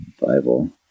Bible